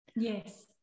yes